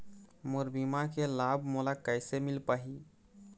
मोर बीमा के लाभ मोला कैसे मिल पाही?